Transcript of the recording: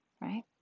right